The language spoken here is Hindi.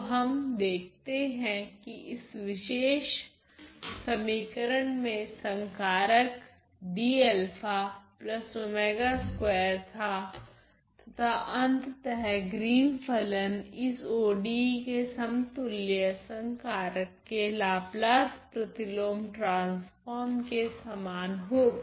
तो हम देखते है कि इस विशेष समीकरण में संकारक था तथा अंततः ग्रीन फलन इस ODE के समतुल्य संकारक के लाप्लास प्रतिलोम ट्रांसफोर्म के समान होगा